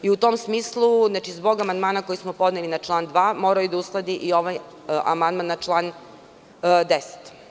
U tom smislu zbog amandmana koji smo podneli na član 2. morao je da usledi i ovaj amandman na član 10.